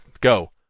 Go